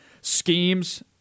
schemes